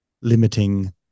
limiting